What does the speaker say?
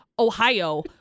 Ohio